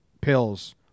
pills